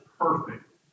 perfect